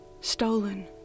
Stolen